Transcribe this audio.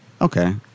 Okay